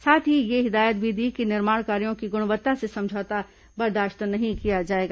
साथ ही यह हिदायत भी दी कि निर्माण कार्यों की गुणवत्ता से समझौता बर्दाश्त नहीं किया जाएगा